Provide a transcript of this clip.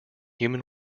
human